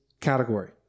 category